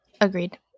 Agreed